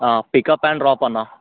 pickup and drop అన్న